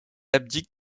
abdique